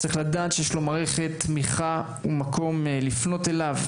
צריך לדעת שיש לו מערכת תמיכה ומקום לפניות אליו,